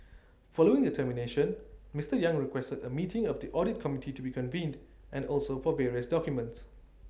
following the termination Mister yang requested A meeting of the audit committee to be convened and also for various documents